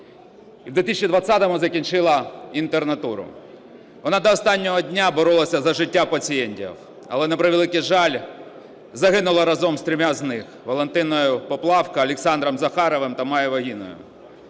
у 2020-му закінчила інтернатуру. Вона до останнього дня боролася за життя пацієнтів, але, на превеликий жаль, загинула з трьома з них – Валентиною Поплавко, Олександром Захаровим та Майєю Вагіною.